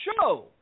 show